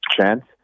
chance